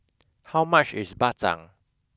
how much is bak chang